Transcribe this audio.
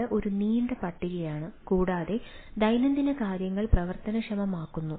ഇത് ഒരു നീണ്ട പട്ടികയാണ് കൂടാതെ ദൈനംദിന കാര്യങ്ങൾ പ്രവർത്തനക്ഷമമാക്കുന്നു